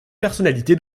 personnalité